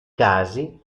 casi